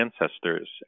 ancestors